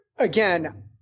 Again